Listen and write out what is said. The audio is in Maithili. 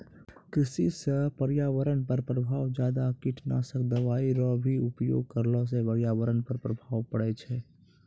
कृषि से पर्यावरण पर प्रभाव ज्यादा कीटनाशक दवाई रो भी उपयोग करला से पर्यावरण पर प्रभाव पड़ै छै